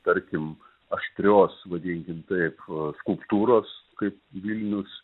tarkim aštrios vadinkim taip skulptūros kaip vilnius